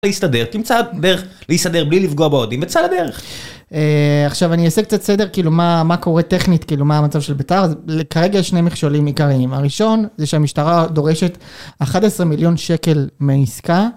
להסתדר תמצא דרך להסתדר בלי לפגוע באוהדים וצא לדרך. עכשיו אני אעשה קצת סדר כאילו מה, מה קורה טכנית, כאילו, מה המצב של ביתר. אז כרגע יש שני מכשולים עיקריים. הראשון זה שהמשטרה דורשת 11 מיליון שקל מעסקה.